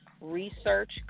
research